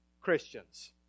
Christians